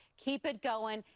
keep it going,